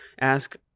ask